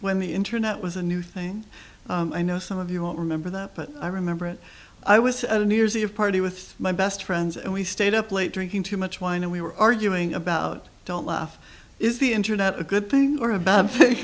when the internet was a new thing i know some of you won't remember that but i remember i was at a new year's eve party with my best friends and we stayed up late drinking too much wine and we were arguing about don't laugh is the internet a good thing or a bad